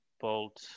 Bolt